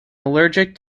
allergic